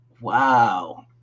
Wow